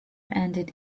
ended